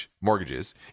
mortgages